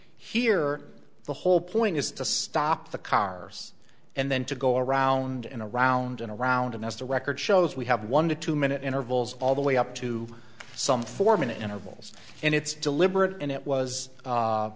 here the whole point is to stop the cars and then to go around and around and around and as the record shows we have one to two minute intervals all the way up to some four minute intervals and it's deliberate and it was